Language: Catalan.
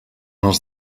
els